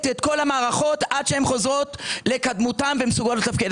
את כל המערכות עד שהן חוזרות לקדמותן ומסוגלות לתפקד.